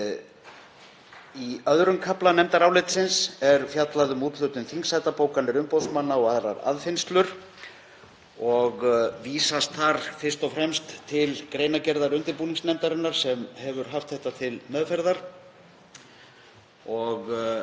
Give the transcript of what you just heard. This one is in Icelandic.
Í II. kafla nefndarálitsins er fjallað um úthlutun þingsæta, bókanir umboðsmanna og aðrar aðfinnslur og vísast þar fyrst og fremst til greinargerðar undirbúningsnefndarinnar sem hefur haft þetta til meðferðar.